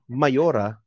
mayora